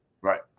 Right